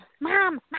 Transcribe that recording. Mom